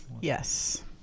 Yes